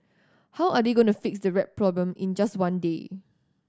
how are they going to fix the rat problem in just one day